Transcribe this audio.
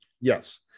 Yes